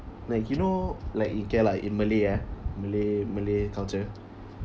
like you know like okay lah in malay ah malay malay culture